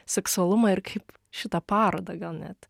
seksualumą ir kaip šitą parodą gal net